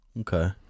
Okay